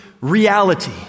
reality